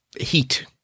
heat